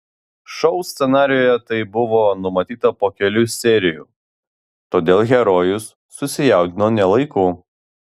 šou scenarijuje tai buvo numatyta po kelių serijų todėl herojus susijaudino ne laiku